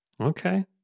okay